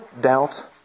doubt